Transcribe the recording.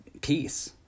peace